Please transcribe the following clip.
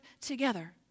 together